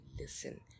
listen